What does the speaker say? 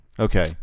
Okay